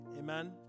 Amen